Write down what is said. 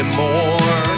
more